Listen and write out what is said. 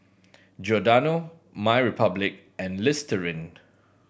Giordano MyRepublic and Listerine